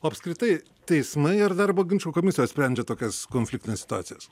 o apskritai teismai ir darbo ginčų komisijos sprendžia tokias konfliktines situacijas